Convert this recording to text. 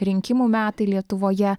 rinkimų metai lietuvoje